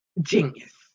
genius